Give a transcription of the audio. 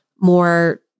more